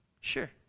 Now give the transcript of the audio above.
Sure